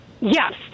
Yes